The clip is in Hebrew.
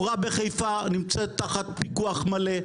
בחיפה נמצאת תחת פיקוח מלא.